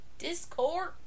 Discord